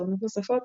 ותאונות נוספות,